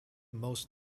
most